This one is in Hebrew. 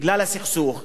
בגלל הסכסוך,